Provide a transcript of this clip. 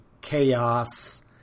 chaos